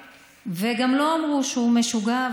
וגם לו אמרו שהוא משוגע.